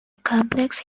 complex